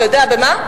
אתה יודע במה?